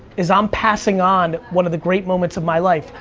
is i'm passing on one of the great moments of my life.